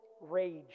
rage